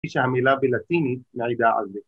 ‫כפי שהמילה בלטיני מעידה על זה.